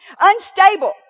Unstable